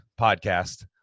podcast